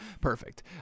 Perfect